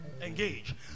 Engage